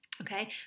Okay